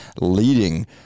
leading